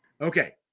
Okay